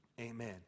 amen